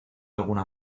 alguna